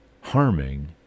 harming